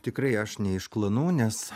tikrai aš ne iš klanų nes